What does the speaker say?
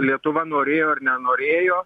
lietuva norėjo ar nenorėjo